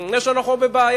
יש לנו בעיה,